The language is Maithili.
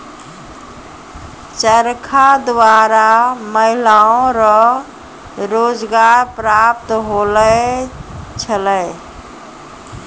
चरखा द्वारा महिलाओ रो रोजगार प्रप्त होलौ छलै